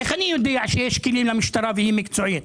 איך אני יודע שיש כלים למשטרה והיא מקצועית